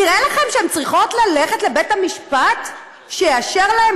נראה לכם שהן צריכות ללכת לבית המשפט שיאשר להן